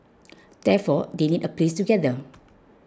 therefore they need a place to gather